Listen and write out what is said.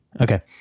Okay